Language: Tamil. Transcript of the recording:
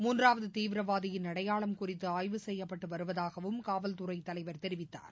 மூன்றாவது தீவிரவாதியின் அடையாளம் குறித்து ஆய்வு செய்யப்பட்டு வருவதாகவும் காவல்துறை தலைவர் தெரிவித்தார்